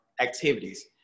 activities